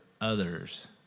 others